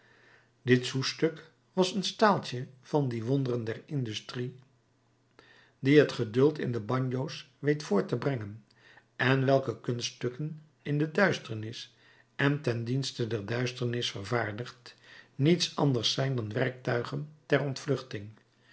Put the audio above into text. dit soustuk was een staaltje van die wonderen der industrie die het geduld in de bagno's weet voort te brengen en welke kunststukken in de duisternis en ten dienste der duisternis vervaardigd niets anders zijn dan werktuigen ter ontvluchting